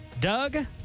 Doug